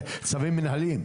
צווים מנהלתיים.